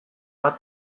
bat